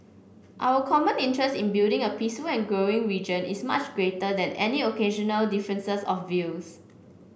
our common interest in building a peace and growing region is much greater than any occasional differences of views